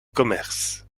commerce